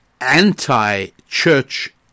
anti-church